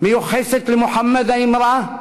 מיוחסת למוחמד האמרה: